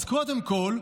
אז קודם כול,